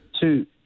two